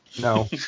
No